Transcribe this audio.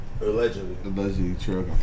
Allegedly